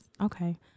Okay